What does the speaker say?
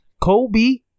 Kobe